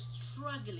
struggling